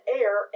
air